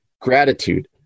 gratitude